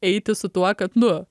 eiti su tuo kad nu